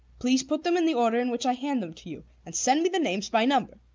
please put them in the order in which i hand them to you, and send me the names by number.